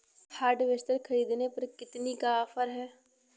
Harvester ख़रीदने पर कितनी का ऑफर है?